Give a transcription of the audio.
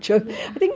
ya